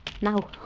Now